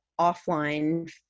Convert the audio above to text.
offline